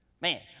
Man